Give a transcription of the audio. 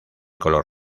color